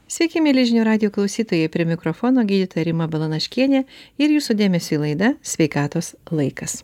sveiki mieli žinių radijo klausytojai prie mikrofono gydytoja rima balanaškienė ir jūsų dėmesiui laida sveikatos laikas